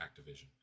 activision